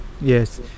Yes